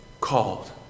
Called